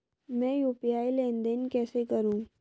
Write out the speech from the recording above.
मैं यू.पी.आई लेनदेन कैसे करूँ?